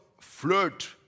flirt